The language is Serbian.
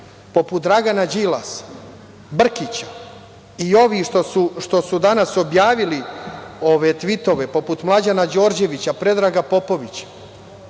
poput Dragana Đilasa, Brkića i ovih što su danas objavili ove tvitove poput Mlađana Đorđevića, Predraga Popovića,